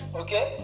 okay